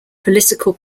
political